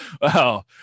Wow